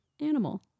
animal